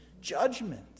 judgment